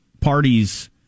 parties